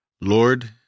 Lord